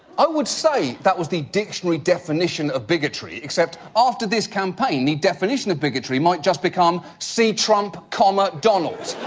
i would say that was the dictionary definition of bigotry except after this campaign, the definition of bigotry might just become, see trump comma donald.